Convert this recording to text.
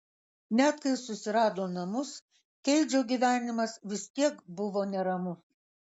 net kai susirado namus keidžo gyvenimas vis tiek buvo neramus